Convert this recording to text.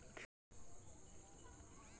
खेती करबाक लेल बजार मे बीया कीने जा रहल छी